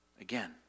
Again